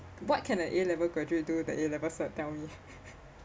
what can an A level graduate do that A level cert tell me